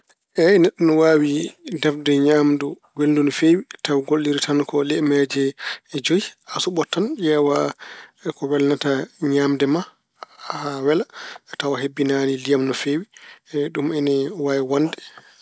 Eey, neɗɗo ina waawi defde ñaamdu welndu no feewi taw golliri tan ko liyameeje joyi. A cuɓoto tan ƴeewa ko welnata ñaamde ma haa wela tawa a hebbinaani liyam no feewi. Ɗum ina waawi wonde.